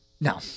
No